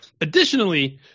additionally